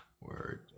word